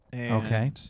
Okay